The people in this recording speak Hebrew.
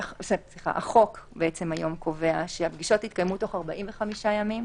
החוק היום קובע שהפגישות יתקיימו תוך 45 ימים,